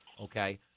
Okay